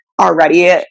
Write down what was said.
already